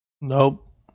nope